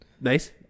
Nice